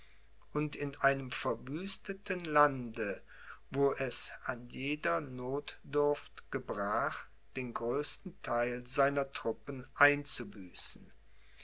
und in einem verwüsteten lande wo es an jeder nothdurft gebrach den größten theil seiner truppen